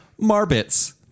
Marbits